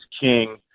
king